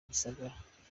gisagara